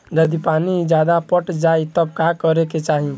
यदि पानी ज्यादा पट जायी तब का करे के चाही?